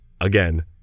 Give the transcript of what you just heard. again